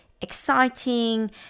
exciting